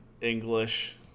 English